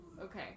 Okay